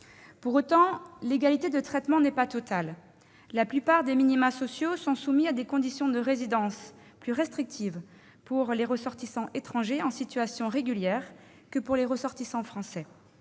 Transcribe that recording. Pour autant, l'égalité de traitement n'est pas totale : la plupart des minima sociaux sont soumis à des conditions de résidence plus restrictives pour les ressortissants étrangers en situation régulière que pour les ressortissants français.